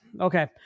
okay